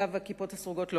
הכיפות הסרוגות מצביעות בעד.